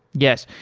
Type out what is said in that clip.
yes.